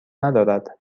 ندارد